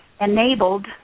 enabled